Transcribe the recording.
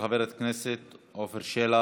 של חבר הכנסת עפר שלח,